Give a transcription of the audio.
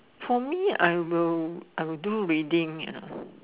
for me I will I will do reading ya